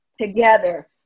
together